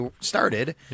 started